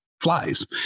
flies